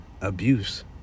abuse